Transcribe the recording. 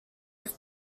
have